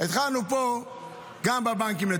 התחלנו פה לטפל גם בבנקים.